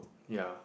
ya